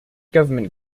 government